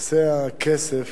נושא הכסף